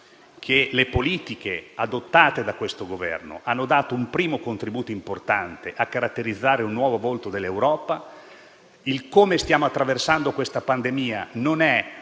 che le politiche adottate da questo Governo hanno dato un primo contributo importante a caratterizzare un nuovo volto dell'Europa. Il modo in cui stiamo attraversando questa pandemia è